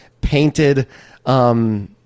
painted